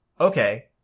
Okay